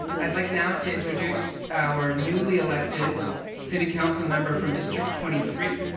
i'd like now to introduce our newly elected city council member from district twenty three,